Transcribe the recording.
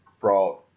brought